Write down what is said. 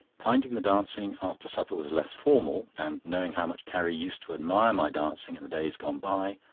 finding the dancing after supper was less formal, and knowing how much carrie used to admire my dancing in the days gone by,